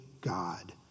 God